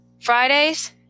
Fridays